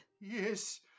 Yes